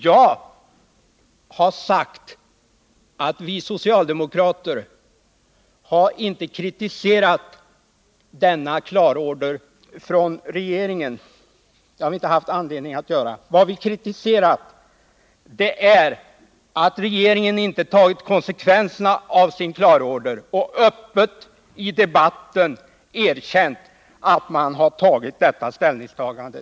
Jag har sagt att vi socialdemokrater inte har kritiserat denna klarorder från regeringen — det har vi inte haft någon anledning att göra. Vad vi har kritiserat är att regeringen inte tagit konsekvenserna av sin klarorder och öppet i debatten erkänt sitt ställningstagande.